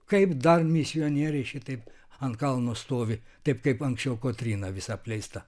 kaip dar misionieriai šitaip ant kalno stovi taip kaip anksčiau kotryna visa apleista